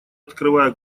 открывая